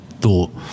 thought